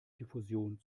diffusion